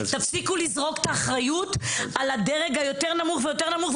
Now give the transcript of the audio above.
תפסיקו לזרוק את האחריות על הדרג היותר נמוך ויותר נמוך,